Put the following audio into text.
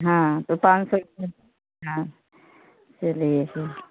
हाँ तो पाँच सौ हाँ चलिए फिर